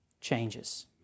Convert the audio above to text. changes